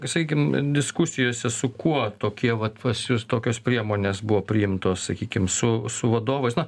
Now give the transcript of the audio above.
sakykim diskusijose su kuo tokie vat pas jus tokios priemonės buvo priimtos sakykim su su vadovais na